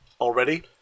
already